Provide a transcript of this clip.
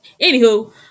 anywho